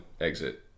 exit